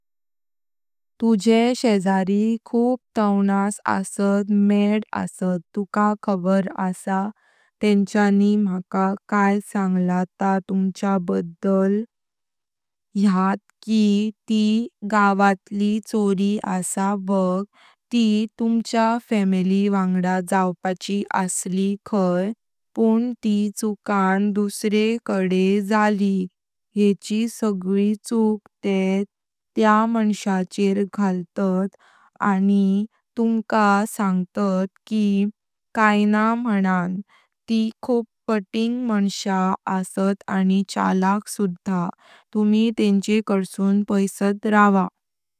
तुझे शेजारी खूप तावणस आहेत मद आहेत तुका खबर आसा तेंच्यानी मका काय सांगला ता तुमच्या बद्दल। यात कि ती गावातली चोरी आसा बग ती तुमच्या फॅमिली अंगड जाऊपाची असलि खाई पण ती चुकान दुसरे कडे जाली। येचि सगली चुक ते त्या मान्श्याच्या घालतात आणि तुमका सांगतात कि काइना मानन। ती खूप फाटिंग मान्श्या आहेत आणि चलाक सुधा तुमी तेंचेकडसून पैसात रावा।